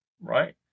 right